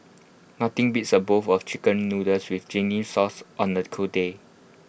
nothing beats A bowl of Chicken Noodles with zingy sauce on A cold day